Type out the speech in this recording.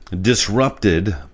disrupted